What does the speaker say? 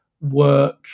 work